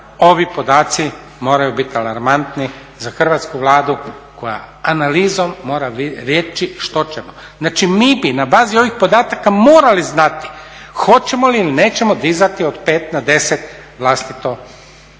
ovi podaci moraju biti alarmantni za hrvatsku Vlada koja analizom mora reći što ćemo. Znači mi bi na bazi ovih podataka morali znati hoćemo li ili nećemo dizati od 5 na 10 vlastito osiguranje